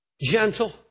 gentle